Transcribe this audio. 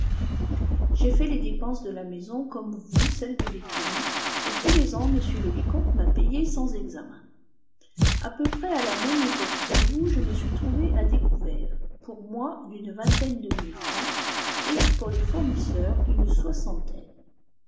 j'ai fait les dépenses de la maison comme vous celles de l'écurie et tous les ans m le vicomte m'a payé sans examen à peu près à la même époque que vous je me suis trouvé à découvert pour moi d'une vingtaine de mille francs et pour les fournisseurs d'une soixantaine